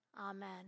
Amen